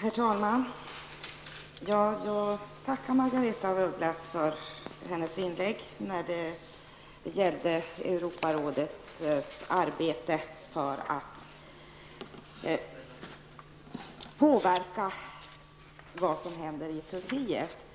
Herr talman! Jag tackar Margaretha af Ugglas för hennes inlägg när det gäller Europarådets arbete för att påverka vad som händer i Turkiet.